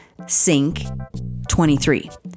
SYNC23